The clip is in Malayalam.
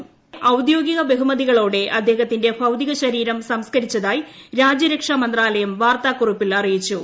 ഇന്നലെ ഔദ്യോഗിക ബഹുമതികളോടെ അദ്ദേഹത്തിന്റെ ഭൌതികാ ശരീരം സംസ്കരിച്ചതായി രാജ്യരക്ഷാമന്ത്രാലയം വാർത്താകുറിപ്പിൽ അറിയിച്ചു